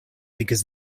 because